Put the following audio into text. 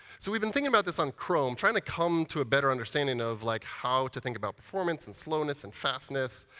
so we've been thinking about this on chrome, trying to come to a better understanding of like how to think about performance and slowness and fastness.